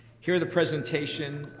hear the presentation.